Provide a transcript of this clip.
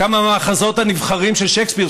כמה מהמחזות הנבחרים של שייקספיר,